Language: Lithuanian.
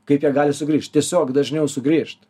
kaip jie gali sugrįšt tiesiog dažniau sugrįžt